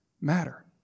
matter